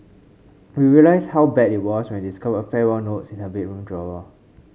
we realised how bad it was when we discovered farewell notes in her bedroom drawer